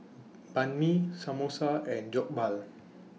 Banh MI Samosa and Jokbal